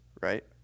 right